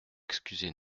excusez